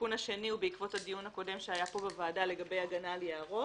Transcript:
התיקון השני הוא בעקבות הדיון השני שהיה פה בוועדה לגבי הגנה על יערות.